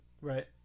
right